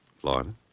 Florida